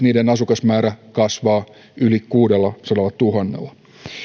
asukasmäärä kasvaa yli kuudellasadallatuhannella